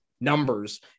numbers